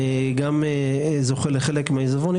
גם זוכה לחלק מן העיזבון.